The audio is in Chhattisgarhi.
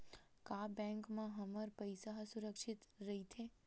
का बैंक म हमर पईसा ह सुरक्षित राइथे?